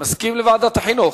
אתה מסכים לוועדת החינוך?